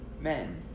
men